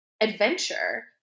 adventure